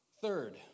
Third